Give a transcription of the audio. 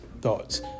thoughts